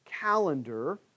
calendar